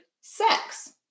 sex